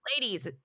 ladies